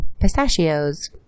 pistachios